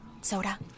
Soda